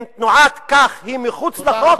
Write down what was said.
אם תנועת "כך" היא מחוץ לחוק,